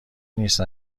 نیست